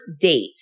date